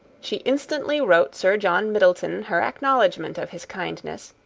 she instantly wrote sir john middleton her acknowledgment of his kindness,